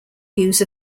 views